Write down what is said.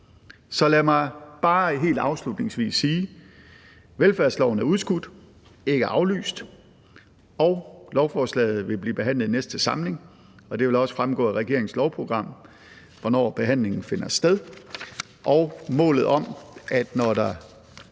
Så lad mig bare helt afslutningsvis sige, at velfærdsloven er udskudt, ikke aflyst, og lovforslaget vil blive behandlet i næste samling. Det vil også fremgå af regeringens lovprogram, hvornår behandlingen finder sted. Målet om, at når der